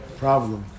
problem